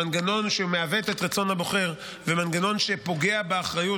שהוא מנגנון שמעוות את רצון הבוחר ומנגנון שפוגע באחריות,